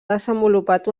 desenvolupat